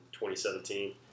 2017